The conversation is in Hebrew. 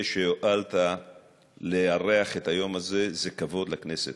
זה שהואלת לארח את היום הזה, זה כבוד לכנסת.